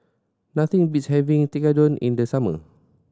nothing beats having Tekkadon in the summer